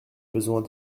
besoins